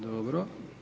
Dobro.